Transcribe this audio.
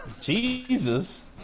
Jesus